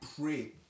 pray